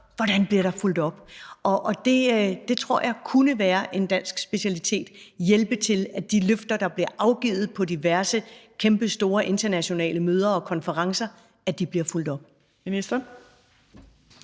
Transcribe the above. gøre ting. Det tror jeg kunne være en dansk specialitet: at hjælpe til, at de løfter, der bliver afgivet på diverse kæmpestore internationale møder og konferencer, bliver fulgt op.